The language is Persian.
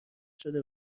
شده